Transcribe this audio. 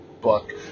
book